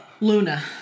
Luna